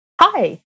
Hi